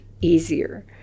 easier